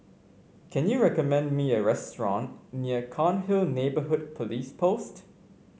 can you recommend me a restaurant near Cairnhill Neighbourhood Police Post